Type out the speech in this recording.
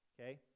Okay